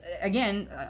again